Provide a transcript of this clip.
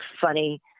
funny